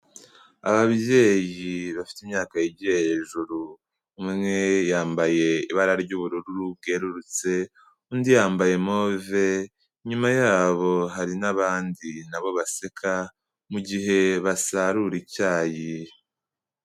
Ababyeyi bafite imyaka yegeye hejuru, umwe yambaye ibara ry'ubururu bwerurutse, undi yambaye move, inyuma yabo hari n'abandi na bo baseka mu gihe basarura icyayi.